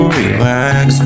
relax